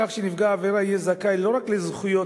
כך שנפגע העבירה יהיה זכאי לא רק לזכויות